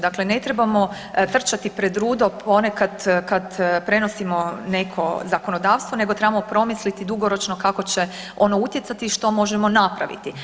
Dakle, ne trebamo trčati pred rudo ponekad kad prenosimo neko zakonodavstvo nego trebao promisliti dugoročno kako će ono utjecati i što možemo napraviti.